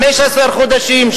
15 חודשים,